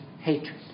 hatred